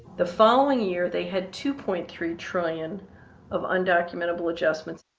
the following year they had two point three trillion of undocumentable adjustments.